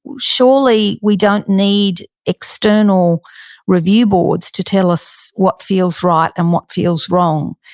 surely, we don't need external review boards to tell us what feels right and what feels wrong.